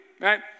right